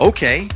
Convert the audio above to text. Okay